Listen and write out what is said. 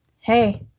hey